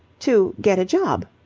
to get a job.